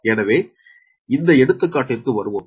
எனவே இந்த எடுத்துக்காட்டிற்கு வருவோம்